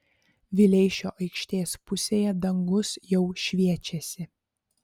vileišio aikštės pusėje dangus jau šviečiasi